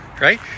right